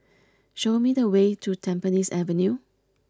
show me the way to Tampines Avenue